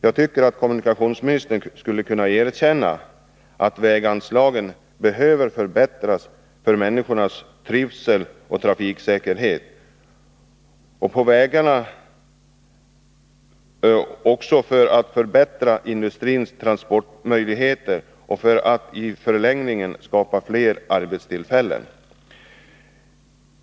Jag tycker att kommunikationsministern skulle kunna erkänna att väganslagen behöver förbättras för människornas trivsel, för trafiksäkerheten och för att förbättra industrins transportmöjligheter och därmed i förlängningen skapa fler arbetstillfällen.